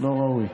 לא ראוי,